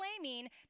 claiming